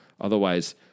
Otherwise